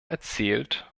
erzählt